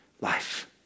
life